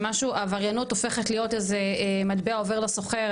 שהעבריינות הופכת להיות איזה מטבע עובר לסוחר,